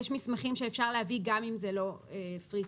יש מסמכים שאפשר להביא גם אם זה לא Free Sale.